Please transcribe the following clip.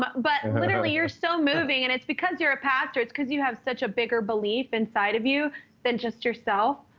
but but literally, you're so moving, and it's because you're a pastor. it's cause you have such a bigger belief inside of you than just yourself.